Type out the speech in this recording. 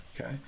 okay